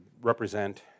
represent